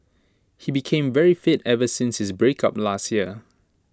he became very fit ever since his breakup last year